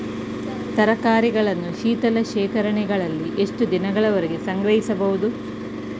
ತರಕಾರಿಗಳನ್ನು ಶೀತಲ ಶೇಖರಣೆಗಳಲ್ಲಿ ಎಷ್ಟು ದಿನಗಳವರೆಗೆ ಸಂಗ್ರಹಿಸಬಹುದು?